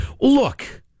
look